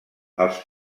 els